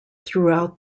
throughout